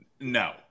no